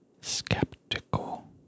skeptical